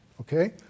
okay